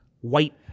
white